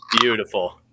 Beautiful